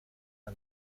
the